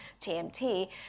TMT